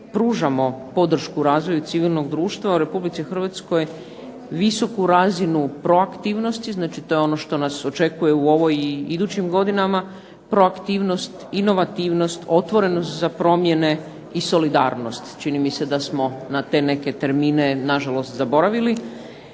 pružamo podršku razvoju civilnog društva u Republici Hrvatskoj, visoku razinu proaktivnosti, znači to je ono što nas očekuje u ovoj i idućim godinama, proaktivnost, inovativnost, otvorenost za promjene i solidarnost. Čini mi se da smo na te neke termine na žalost zaboravili.